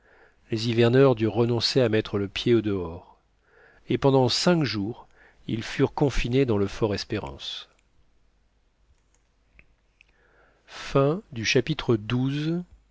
les hiverneurs durent renoncer à mettre le pied au-dehors et pendant cinq jours ils furent confinés dans le fort espérance xiii